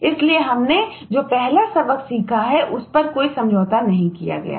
इसलिए हमने जो पहला सबक सीखा है उस पर कोई समझौता नहीं किया गया है